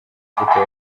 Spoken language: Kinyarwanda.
imbuto